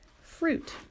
Fruit